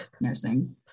nursing